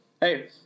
Hey